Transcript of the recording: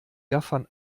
gaffern